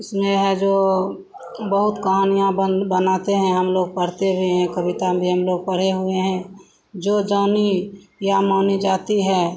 इसमें है जो बहुत कहानियाँ बन बनाते हैं हमलोग पढ़ते भी हैं कविता में भी हमलोग पढ़े हुए हैं जो जानी या मानी जाती है